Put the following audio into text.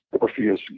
Orpheus